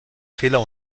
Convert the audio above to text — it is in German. fehler